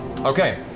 Okay